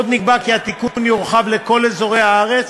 עוד נקבע כי התיקון יורחב לכל אזורי הארץ,